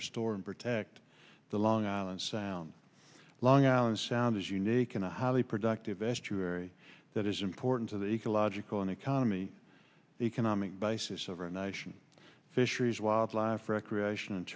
restore and protect the long island sound long island sound is unique in a highly productive estuary that is important to the ecological an economy the economic basis over a nation fisheries wildlife recreation and